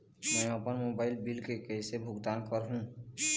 मैं अपन mobile bill के कैसे भुगतान कर हूं?